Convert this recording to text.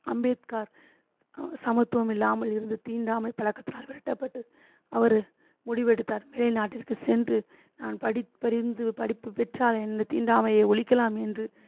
அம்பேத்கார் சமத்துவம் இல்லாமல் இருந்த தீண்டாமை பழக்கத்தினால் விரட்டப்பட்டு அவரு முடிவெடுத்தார் மேல் நாட்டிற்கு சென்று நான் படிப்பறிந்து படிப்பு பெற்றால் இந்த தீண்டாமையை ஒழிக்கலாம் என்று